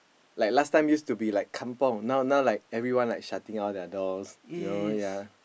like last time used to be like kampung now now like everyone like shutting all their doors you know ya